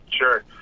Sure